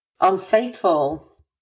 unfaithful